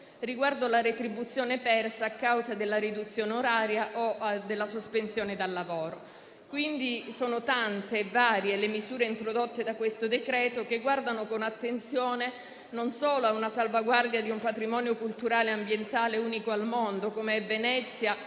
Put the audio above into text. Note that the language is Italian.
riguardo la retribuzione persa a causa della riduzione oraria o della sospensione dal lavoro. Sono quindi tante e varie le misure introdotte da questo disegno di legge, che non solo guardano con attenzione alla salvaguardia di un patrimonio culturale e ambientale unico al mondo, come è Venezia